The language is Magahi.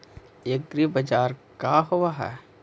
एग्रीबाजार का होव हइ?